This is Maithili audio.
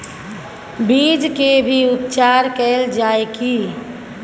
बीज के भी उपचार कैल जाय की?